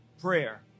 prayer